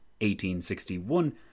1861